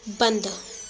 बंदि